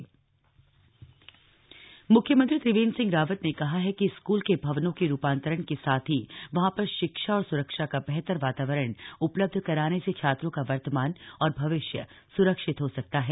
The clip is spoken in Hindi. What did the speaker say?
सीड़स बैठक मुख्यमंत्री त्रिवेन्द्र सिंह रावत ने कहा है कि स्कूल के भवनों के रूपान्तरण के साथ ही वहां पर शिक्षा और स्रक्षा का बेहतर वातावरण उपलब्ध कराने से छात्रों का वर्तमान और भविष्य स्रक्षित हो सकता है